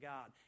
God